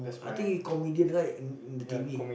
I think he comedian right in in the t_v